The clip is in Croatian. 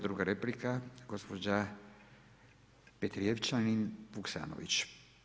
Druga replika gospođa Petrijevčanin-Vuksanović.